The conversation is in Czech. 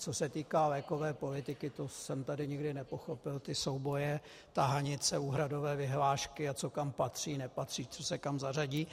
Co se týká lékové politiky, nikdy jsem tady nepochopil ty souboje a tahanice, úhradové vyhlášky, co kam patří, nepatří, co se kam zařadí.